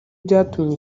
byatuma